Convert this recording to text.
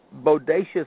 bodacious